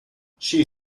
she